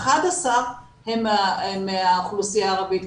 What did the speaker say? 11 הן מהאוכלוסייה הערבית,